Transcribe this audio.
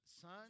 son